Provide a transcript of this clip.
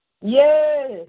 Yes